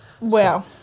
Wow